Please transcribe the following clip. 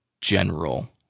general